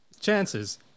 chances